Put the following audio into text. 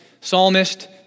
Psalmist